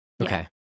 okay